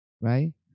right